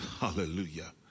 Hallelujah